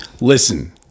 listen